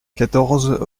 quatorze